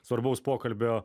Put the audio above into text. svarbaus pokalbio